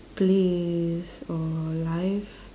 plays or live